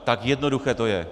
Tak jednoduché to je.